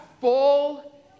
full